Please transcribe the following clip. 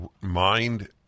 mind